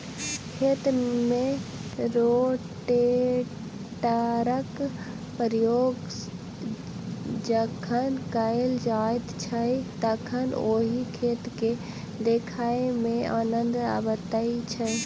खेत मे रोटेटरक प्रयोग जखन कयल जाइत छै तखन ओहि खेत के देखय मे आनन्द अबैत छै